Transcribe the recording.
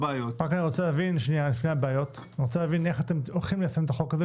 איך אתם הולכים ליישם את החוק הזה